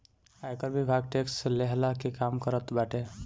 आयकर विभाग टेक्स लेहला के काम करत बाटे